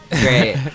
Great